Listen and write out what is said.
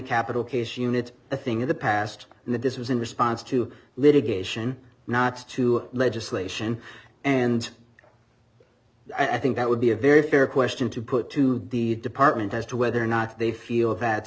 capital case unit i think in the past and that this was in response to litigation not to legislation and i think that would be a very fair question to put to the department as to whether or not they feel that